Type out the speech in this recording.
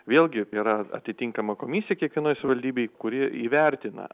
vėlgi yra atitinkama komisija kiekvienoje savivaldybėje kuri įvertina